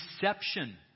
deception